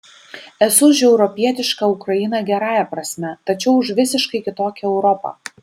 esu už europietišką ukrainą gerąja prasme tačiau už visiškai kitokią europą